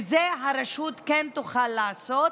ואת זה הרשות כן תוכל לעשות.